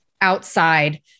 outside